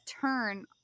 turn